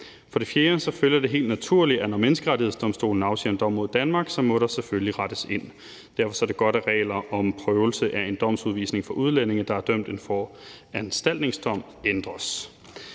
For det fjerde følger det helt naturligt, at når Menneskerettighedsdomstolen afsiger en dom mod Danmark, må der selvfølgelig rettes ind. Derfor er det godt, at regler om prøvelse af en domsudvisning for udlændinge, der er idømt en foranstaltningsdom, ændres.